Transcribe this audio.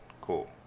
Cool